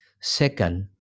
Second